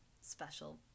special